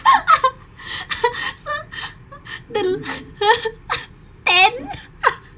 so the then